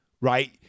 right